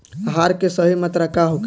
आहार के सही मात्रा का होखे?